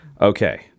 Okay